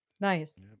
Nice